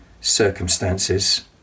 circumstances